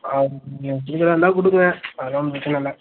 ஆ நீங்கள் கொடுக்குறாந்தா கொடுங்க அதெலாம் ஒன்றும் பிரச்சனயில்லை